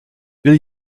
will